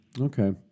Okay